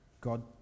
god